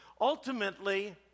Ultimately